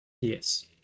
Yes